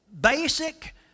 basic